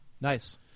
nice